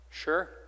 Sure